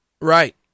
Right